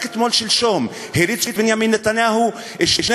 רק אתמול-שלשום הריץ בנימין נתניהו שני